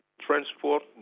transport